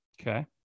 Okay